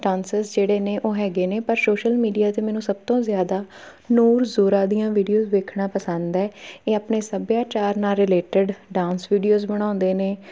dances ਜਿਹੜੇ ਨੇ ਉਹ ਹੈਗੇ ਨੇ ਪਰ ਸ਼ੋਸ਼ਲ ਮੀਡੀਆ 'ਤੇ ਮੈਨੂੰ ਸਭ ਤੋਂ ਜ਼ਿਆਦਾ ਨੂਰ ਜ਼ੋਰਾ ਦੀਆਂ ਵੀਡੀਓਜ਼ ਵੇਖਣਾ ਪਸੰਦ ਏ ਇਹ ਆਪਣੇ ਸੱਭਿਆਚਾਰ ਨਾਲ ਰਿਲੇਟਡ ਡਾਂਸ ਵੀਡੀਓਜ਼ ਬਣਾਉਂਦੇ ਨੇ